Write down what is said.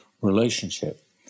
relationship